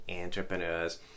entrepreneurs